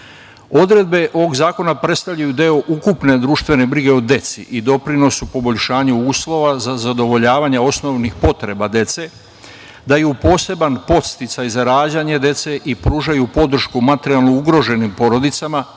ovog zakona predstavljaju deo ukupne društvene brige o deci i doprinosi poboljšanja uslova za zadovoljavanje osnovnih potreba dece, daju poseban podsticaj za rađanje dece i pružaju podršku materijalno ugroženim porodicama,